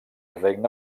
regne